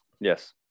Yes